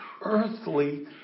earthly